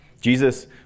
Jesus